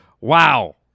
Wow